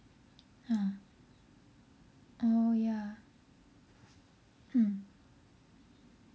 !huh! oh ya hmm